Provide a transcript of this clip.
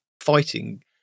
fighting